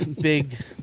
big